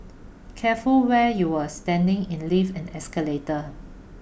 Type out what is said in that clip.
careful where you're standing in lift and escalator